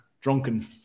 drunken